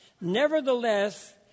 Nevertheless